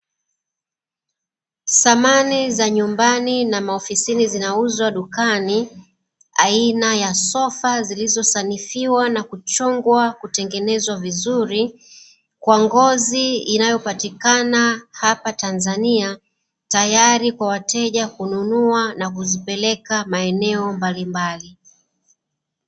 Samani za nyumbani na maofisini zinauzwa dukani, aina ya sofa zilizosanifiwa, kuchongwa na kutengenezwa vizuri kwa ngozi inayopatikana hapa Tanzania, tayari kwa wateja kununua na kuzipeleka maeneo mbalimbali.